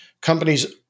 companies